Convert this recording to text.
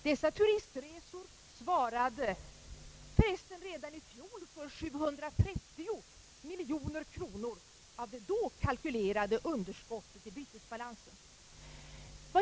Dessa turistresor svarade förresten redan i fjol för 730 miljoner kronor av det då kalkylerade underskottet i bytesbalansen.